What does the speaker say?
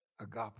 agape